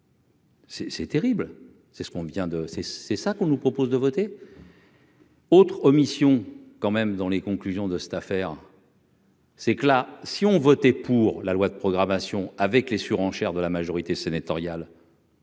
vient de c'est c'est ça qu'on nous propose de voter. Autre omission quand même dans les conclusions de cette affaire. C'est que la si ont voté pour la loi de programmation avec les surenchères de la majorité sénatoriale.